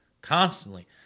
constantly